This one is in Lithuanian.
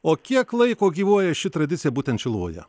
o kiek laiko gyvuoja ši tradicija būtent šiluvoje